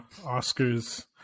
Oscars